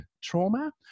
trauma